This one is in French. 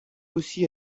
aussi